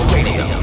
Radio